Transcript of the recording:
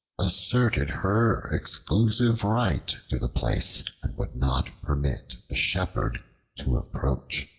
asserted her exclusive right to the place and would not permit the shepherd to approach.